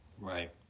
Right